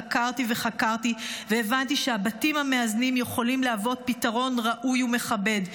חקרתי וחקרתי והבנתי שהבתים המאזנים יכולים להוות פתרון ראוי ומכבד.